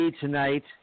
tonight